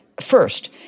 First